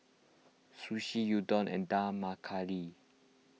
Sushi Udon and Dal Makhani